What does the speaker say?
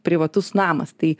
privatus namas tai